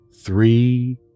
three